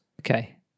Okay